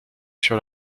sur